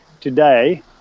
today